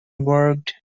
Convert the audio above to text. worked